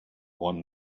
one